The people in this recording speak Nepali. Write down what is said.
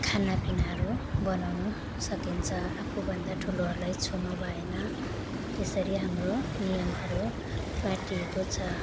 खानापिनाहरू बनाउनु सकिन्छ आफूभन्दा ठुलोहरूलाई छुनु भएन त्यसरी हाम्रो नियमहरू बाँधिएको छ